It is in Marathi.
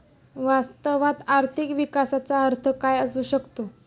वास्तवात आर्थिक विकासाचा अर्थ काय असू शकतो?